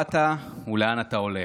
אתה הולך.